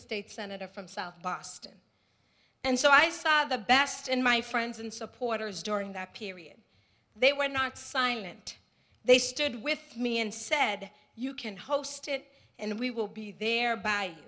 state senator from south boston and so i saw the best in my friends and supporters during that period they were not sign and they stood with me and said you can host it and we will be there by